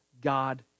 God